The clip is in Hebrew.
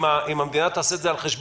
אם המדינה תעשה את זה על חשבונה,